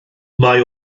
mae